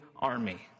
army